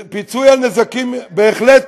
פיצוי על נזקים, בהחלט